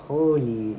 holy